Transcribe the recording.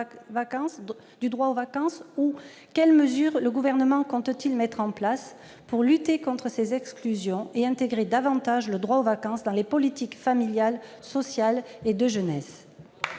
? Quelles mesures le Gouvernement compte-t-il mettre en place pour lutter contre ces exclusions et intégrer davantage le droit aux vacances dans les politiques familiales, sociales et de jeunesse ?